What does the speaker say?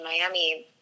Miami